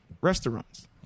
Restaurants